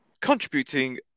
contributing